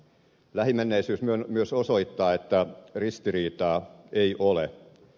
lähimenneisyys myös osoittaa että ristiriitaa ei ole